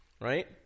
Right